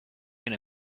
can